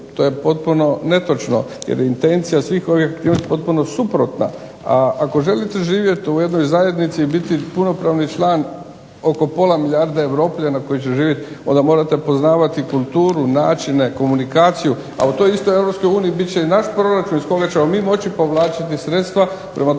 To je potpuno netočno jer intencija je ovoga potpuno suprotna. Ako želite živjeti u jednoj zajednici i biti punopravni član oko pola milijarde europljana koji će živjeti, onda morate poznavati kulturu, načine, komunikaciju a u toj istoj Europskoj uniji biti će i naš proračun iz koga ćemo mi moći povlačiti sredstva, prema tome,